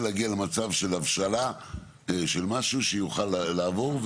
להגיע למצב של הבשלה של משהו שיוכל לעבור,